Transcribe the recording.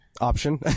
option